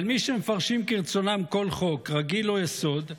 אבל מי שמפרשים כרצונם כל חוק, רגיל או יסוד,